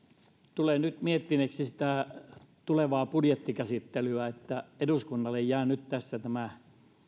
tulen nyt miettineeksi sitä tulevaa budjettikäsittelyä kun eduskunnalle jää nyt tämä